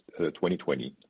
2020